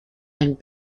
and